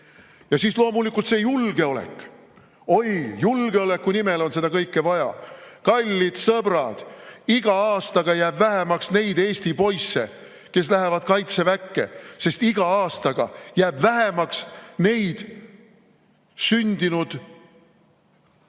Ja siis loomulikult see julgeolek. Oi, julgeoleku nimel on seda kõike vaja! Kallid sõbrad! Iga aastaga jääb vähemaks neid eesti poisse, kes lähevad kaitseväkke, sest iga aastaga jääb vähemaks neid sündinud numbreid